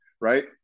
right